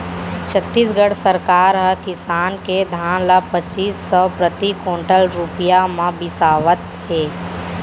छत्तीसगढ़ सरकार ह किसान के धान ल पचीस सव प्रति कोंटल रूपिया म बिसावत हे